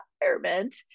environment